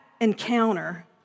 encounter